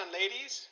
ladies